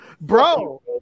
Bro